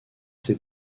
ses